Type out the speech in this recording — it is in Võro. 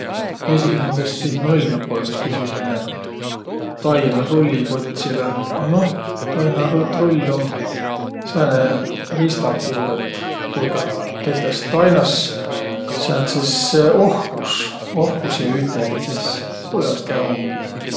Esiqhindäs siin oll' joba üts küsümine tainarulli kotsilõ, a noh, tainaru- trull um sääne riistapuu, et tuuga tetäs tainas sääntses ohkus, ohkus ja ütelidses. Tuujaos tä umgiq.